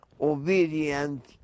obedient